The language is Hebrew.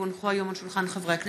כי הונחו היום על שולחן הכנסת,